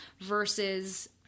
versus